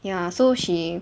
ya so she